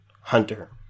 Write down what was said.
Hunter